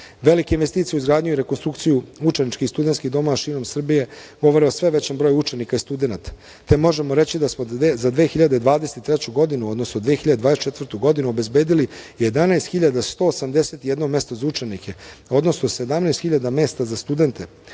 investicije u izgradnju i rekonstrukciju učeničkih i studentskih domova širom Srbije govore o sve većem broju učenika i studenata, te možemo reći da smo za 2023. godinu, odnosno 2024. godinu obezbedili 11.181 mesto za učenike, odnosno 17.000 mesta za studente.